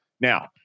Now